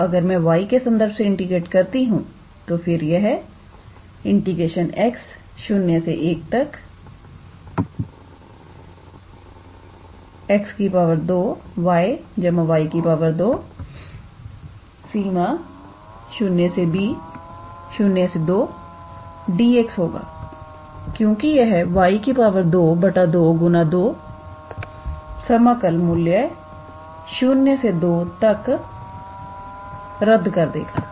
तो अगर हम y के संदर्भ से इंटीग्रेट करते हैं तो फिर यहx01 𝑥 2𝑦 𝑦 2 0 2𝑑𝑥 होगा क्योंकि यह 𝑦 2 2× 2 समाकल मूल्य 0 से 2 तक रद्द कर देगा